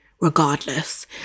regardless